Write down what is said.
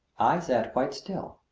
i sat quite still.